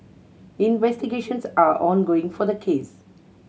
investigations are ongoing for the case